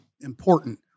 important